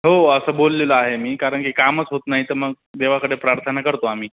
हो असं बोललेलं आहे मी कारण की कामच होत नाही तर मग देवाकडे प्रार्थना करतो आम्ही